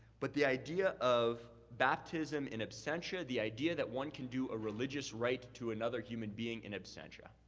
but the idea of baptism in absentia. the idea that one can do a religious rite to another human being in absentia.